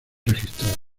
registradas